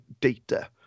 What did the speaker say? data